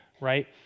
right